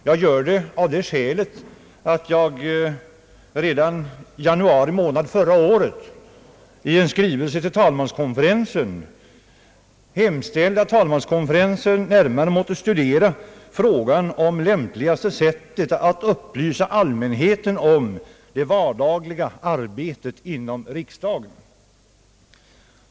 Jag gör det av det skälet att jag redan i januari månad förra året i en skrivelse till talmanskonferensen hemställde att talmanskonferensen närmare måtte studera frågan om lämpligaste sättet att upplysa allmänheten om det vardagliga arbetet inom riksdagen.